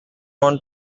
want